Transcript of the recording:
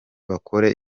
bakore